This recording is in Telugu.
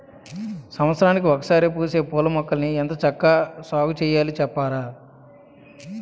సంవత్సరానికి ఒకసారే పూసే పూలమొక్కల్ని ఎంత చక్కా సాగుచెయ్యాలి సెప్పరా?